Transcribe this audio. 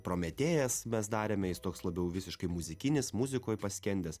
prometėjas mes darėme jis toks labiau visiškai muzikinis muzikoj paskendęs